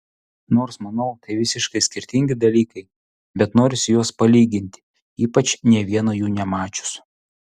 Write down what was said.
nors manau tai visiškai skirtingi dalykai bet norisi juos palyginti ypač nė vieno jų nemačius